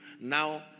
Now